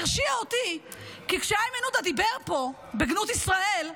הוא הרשיע אותי כי כשאיימן עודה דיבר פה בגנות ישראל,